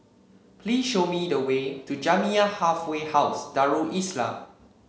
please show me the way to Jamiyah Halfway House Darul Islah